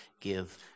give